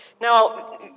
Now